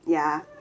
ya